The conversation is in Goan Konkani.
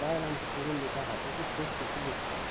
बायल आमकां करून दिता हातूंतच चड खोशी भोगता